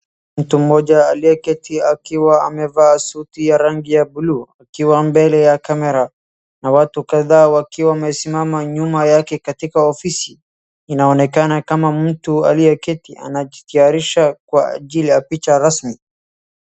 Mtu mmoja aliyeketi akiwa amevaa suti ya rangi ya buluu akiwa mbele ya kamera na watu kadhaa wakiwa wamesimama nyuma yake katika ofisi. Inaonekana kama mtu aliyeketi anajitayarisha kwa ajili ya picha rasmi.